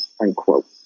unquote